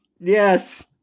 Yes